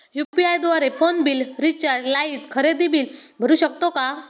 UPI द्वारे phone bill, recharge, light, खरेदी bill भरू शकतो का?